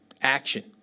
action